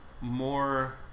more